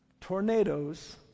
Tornadoes